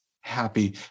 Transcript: happy